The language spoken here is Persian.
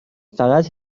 فقط